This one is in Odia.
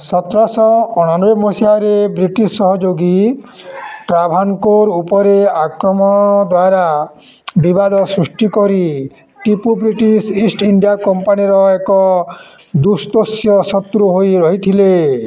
ସତରଶହ ଅଣାନବେ ମସିହାରେ ବ୍ରିଟିଶ୍ ସହଯୋଗୀ ଟ୍ରାଭାନ୍କୋର୍ ଉପରେ ଆକ୍ରମଣ ଦ୍ଵାରା ବିବାଦ ସୃଷ୍ଟି କରି ଟିପୁ ବ୍ରିଟିଶ୍ ଇଷ୍ଟ୍ ଇଣ୍ଡିଆ କମ୍ପାନୀର ଏକ ଦୁସ୍ତୋଷ୍ୟ ଶତ୍ରୁ ହୋଇ ରହିଥିଲେ